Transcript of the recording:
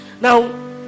Now